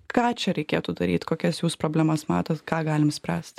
ką čia reikėtų daryt kokias jūs problemas matot ką galim spręst